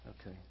Okay